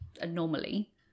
anomaly